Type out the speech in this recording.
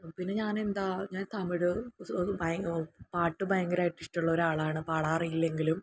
പിന്നെ ഞാനെന്താ ഞാന് തമിഴ് പാട്ട് ഭയങ്കരമായിട്ട് ഇഷ്ടമുള്ളൊരാളാണ് പാടാനറിയില്ലെങ്കിലും